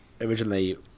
originally